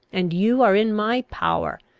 and you are in my power.